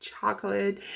chocolate